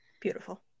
Beautiful